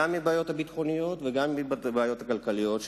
מהבעיות הביטחוניות וגם מהבעיות הכלכליות,